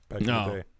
No